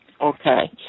Okay